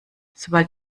sobald